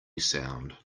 sound